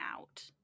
out